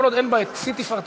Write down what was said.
כל עוד אין בה שיא תפארתה,